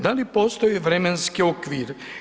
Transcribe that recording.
Da li postoje vremenski okvir?